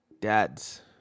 Dads